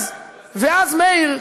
אז מאיר,